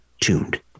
tuned